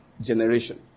generation